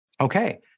Okay